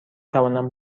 توانم